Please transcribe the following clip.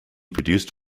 produced